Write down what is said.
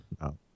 No